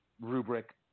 rubric